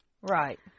right